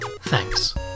thanks